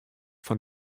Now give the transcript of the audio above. fan